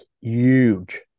huge